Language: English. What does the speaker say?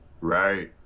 right